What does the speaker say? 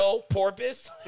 porpoise